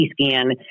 scan